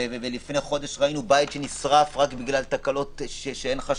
ולפני חודש ראינו בית שנשרף רק בגלל תקלות בחשמל.